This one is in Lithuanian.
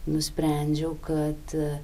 nusprendžiau kad